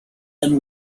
and